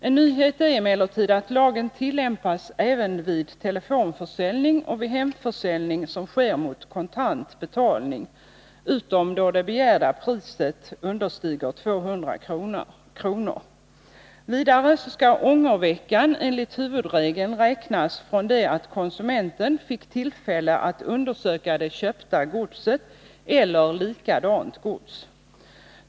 En nyhet är emellertid att lagen tillämpas även vid telefonförsäljning och vid hemförsäljning som sker mot kontant betalning, utom då det begärda priset understiger 200 kr. Vidare skall ångerveckan enligt huvudregeln räknas från det att konsumenten fick tillfälle att undersöka det köpta godset eller likadant gods.